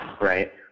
right